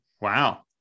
Wow